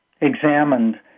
examined